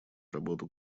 работу